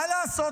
מה לעשות,